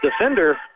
defender